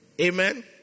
Amen